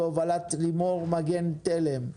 בהובלת לימור מגן תלם.